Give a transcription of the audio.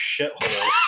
shithole